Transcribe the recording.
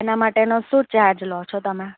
એના માટેનો શું ચાર્જ લો છો તમે